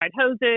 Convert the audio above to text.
hoses